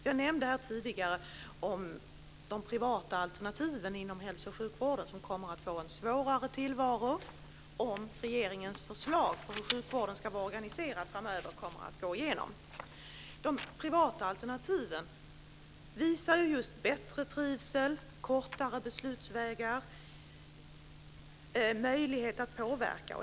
Jag nämnde tidigare om de privata alternativen inom hälso och sjukvården, som kommer att få en svårare tillvaro om regeringens förslag om hur sjukvården ska vara organiserad framöver kommer att gå igenom. De privata alternativen visar just på bättre trivsel, kortare beslutsvägar och möjlighet att påverka.